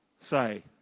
Say